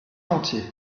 entier